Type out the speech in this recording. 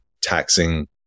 taxing